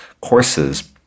courses